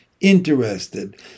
interested